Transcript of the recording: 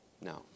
No